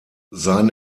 sein